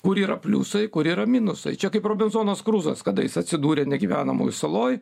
kur yra pliusai kur yra minusai čia kaip robinzonas kruzas kada jis atsidūrė negyvenamoj saloj